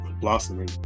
blossoming